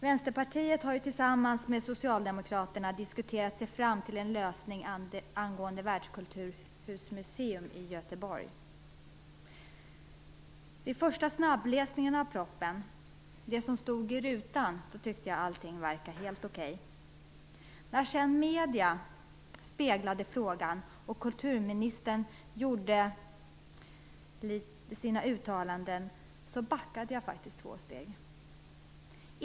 Vänsterpartiet har tillsammans med Socialdemokraterna diskuterat sig fram till en lösning angående ett världskulturmuseum i Göteborg. Vid den första snabbläsningen av propositionen, det som stod i rutan, tyckte jag att allting verkade helt okej. När sedan medierna speglade frågan och kulturministern gjorde sina uttalanden backade jag faktiskt två steg.